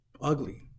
ugly